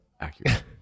accurate